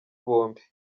bombi